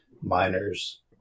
miners